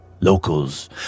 Locals